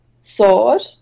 sword